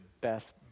best